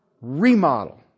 remodel